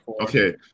Okay